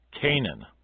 Canaan